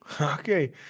Okay